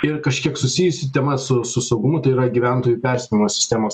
ir kažkiek susijusi tema su su saugumu tai yra gyventojų perspėjimo sistemos